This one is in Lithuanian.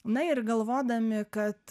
na ir galvodami kad